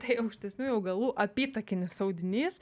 tai aukštesniųjų augalų apytakinis audinys